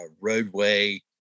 roadway